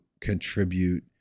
contribute